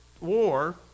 war